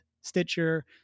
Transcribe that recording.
Stitcher